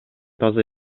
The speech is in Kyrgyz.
таза